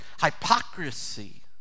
hypocrisy